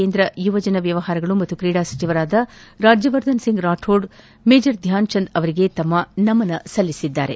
ಕೇಂದ್ರ ಯುವ ಜನ ವ್ಲವಹಾರ ಮತ್ತು ಕ್ರೀಡಾ ಸಚಿವರಾದ ರಾಜ್ಜವರ್ಧನ ಸಿಂಗ್ ರಾಥೋಡ್ ಮೇಜರ್ ಧ್ವಾನ್ ಚೆಂದ್ ಅವರಿಗೆ ತಮ್ಮ ನಮನ ಸಲ್ಲಿಸಿದ್ದಾರೆ